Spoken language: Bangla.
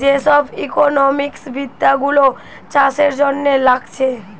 যে সব ইকোনোমিক্স বিদ্যা গুলো চাষের জন্যে লাগছে